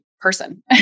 person